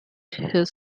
his